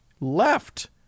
left